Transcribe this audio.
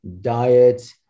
diet